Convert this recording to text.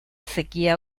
sequía